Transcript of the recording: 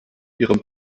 ihrem